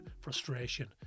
frustration